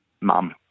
mum